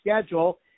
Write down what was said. schedule